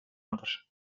mıdır